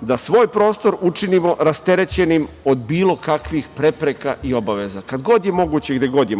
da svoj prostor učinimo rasterećenim od bilo kakvih prepreka i obaveza, kad god je moguće i gde god je